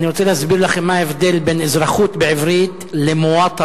אני רוצה להסביר לכם מה ההבדל בין "אזרחות" בעברית ל"מוואטנה"